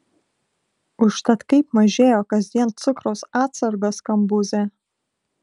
užtat kaip mažėjo kasdien cukraus atsargos kambuze